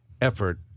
effort